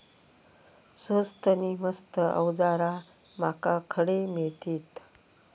स्वस्त नी मस्त अवजारा माका खडे मिळतीत?